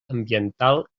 ambiental